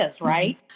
right